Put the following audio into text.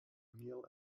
meal